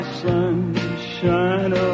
sunshine